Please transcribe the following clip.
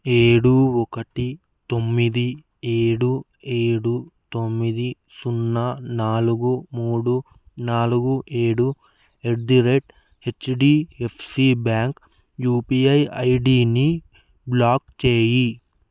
ఏడు ఒకటి తొమ్మిది ఏడు ఏడు తొమ్మిది సున్నా నాలుగు మూడు నాలుగు ఏడు at the rate HDFC bank UPI ఐడిని బ్లాక్ చెయ్యి